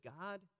God